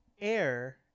air